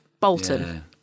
Bolton